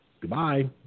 Goodbye